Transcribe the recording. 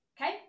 Okay